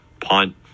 punt